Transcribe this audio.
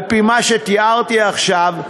על-פי מה שתיארתי עכשיו,